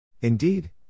Indeed